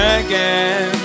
again